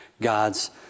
God's